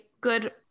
good